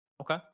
Okay